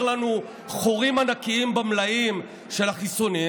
לנו חורים ענקיים במלאים של החיסונים,